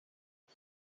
dit